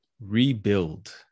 rebuild